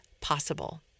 possible